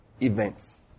events